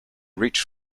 reach